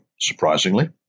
surprisingly